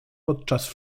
podczas